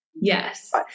Yes